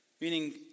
meaning